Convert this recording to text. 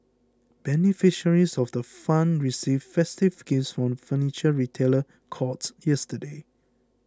beneficiaries of the fund received festive gifts from Furniture Retailer Courts yesterday